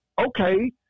Okay